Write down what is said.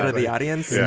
ah the audience. yeah